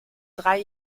drei